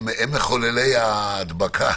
הם מחוללי ההדבקה,